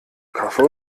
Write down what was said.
kaffee